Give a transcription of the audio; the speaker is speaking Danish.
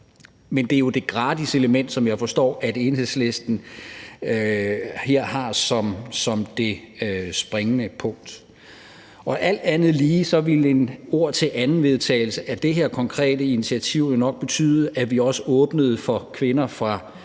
Men det er jo det gratis element, som jeg forstår at Enhedslisten her har som det springende punkt. Og alt andet lige ville en ord til anden-vedtagelse af det her konkrete initiativ nok betyde, at vi også åbnede for kvinder fra